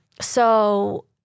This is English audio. So-